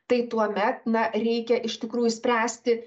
tai tuomet na reikia iš tikrųjų spręsti